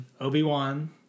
Obi-Wan